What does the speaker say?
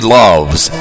loves